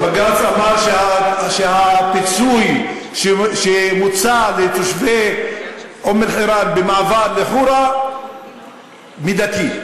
הבג"ץ אמר שהפיצוי שמוצע לתושבי אום-אלחיראן במעבר לחורה מידתי.